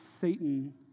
Satan